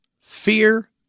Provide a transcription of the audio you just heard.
Fear